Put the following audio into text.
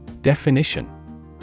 Definition